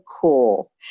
cool